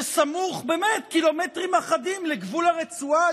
שסמוך באמת קילומטרים אחדים לגבול הרצועה?